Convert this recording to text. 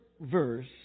verse